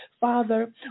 Father